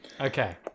Okay